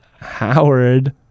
Howard